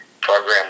program